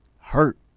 hurt